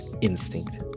instinct